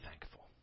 thankful